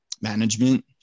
management